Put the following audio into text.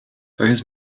his